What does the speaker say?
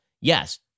yes